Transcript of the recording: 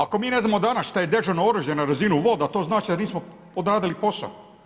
Ako mi ne znamo danas šta je dežurno oružje na razini voda to znači da nismo odradili posao.